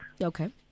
Okay